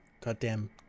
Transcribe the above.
goddamn